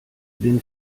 den